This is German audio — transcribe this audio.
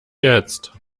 jetzt